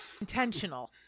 Intentional